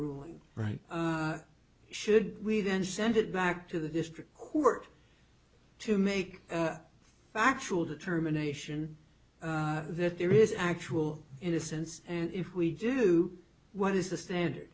ruling right should we then send it back to the district court to make a factual determination that there is actual innocence and if we do what is the standard